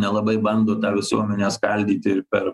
nelabai bando tą visuomenę skaldyti ir per